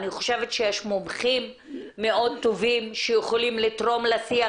אני חושבת שיש מומחים מאוד טובים שיכולים לתרום לשיח,